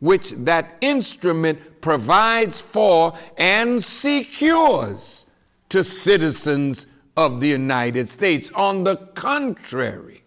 which that instrument provides for an see cures to citizens of the united states on the contrary